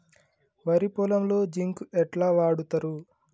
వరి పొలంలో జింక్ ఎట్లా వాడుతరు?